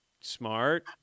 smart